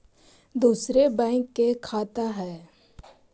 दुसरे बैंक के खाता हैं?